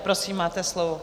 Prosím, máte slovo.